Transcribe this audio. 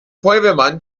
feuerwehrmann